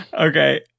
Okay